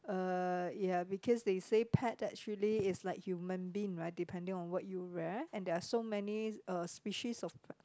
uh ya because they say pet actually is like human being right depending on what you rear and there are so many uh species of